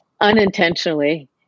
unintentionally